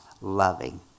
loving